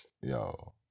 yo